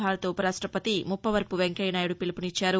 భారత ఉప రాష్టపతి ముప్పవరపు వెంకయ్యనాయుడు పిలుపునిచ్చారు